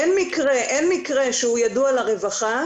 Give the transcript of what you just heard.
אין מקרה שהוא ידוע לרווחה,